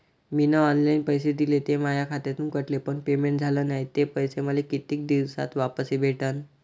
मीन online पैसे दिले, ते माया खात्यातून कटले, पण पेमेंट झाल नायं, ते पैसे मले कितीक दिवसात वापस भेटन?